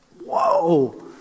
Whoa